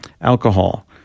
alcohol